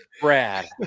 Brad